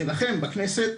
שלכם בכנסת,